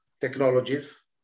technologies